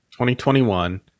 2021